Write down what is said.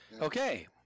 Okay